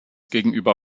gegenüber